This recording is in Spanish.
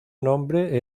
nombre